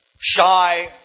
shy